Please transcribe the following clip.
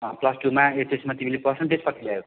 plus टूमा एचएसमा तिमीले पर्सन्टेज कति ल्यायौ